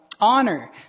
honor